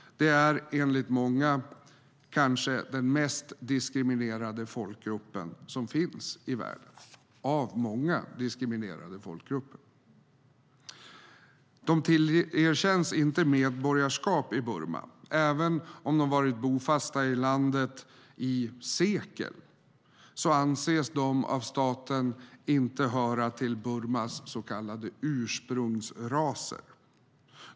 Det är enligt många kanske den mest diskriminerade folkgruppen som finns i världen - av många diskriminerade folkgrupper. De tillerkänns inte medborgarskap i Burma. Även om de har varit bofasta i landet i sekel anses de av staten inte höra till Burmas så kallade ursprungsraser.